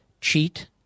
cheat